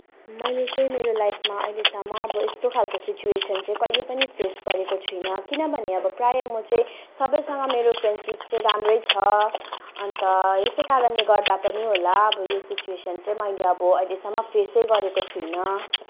मैले चाहिँ मेरो लाइफमा अहिलेसम्म अब यस्तो खालको सिचुवेसन चाहिँ कहिले पनि फेस गरेको छुइनँ किनभने अब प्रायः म चाहिँ सबैसँग मेरो फ्रेन्डसिप चाहिँ राम्रै छ अन्त यसै कारणले गर्दा पनि होला अब यो सिचुवेसन चाहिँ मैले अब अहिलेसम्म फेसै गरेको छुइनँ